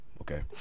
okay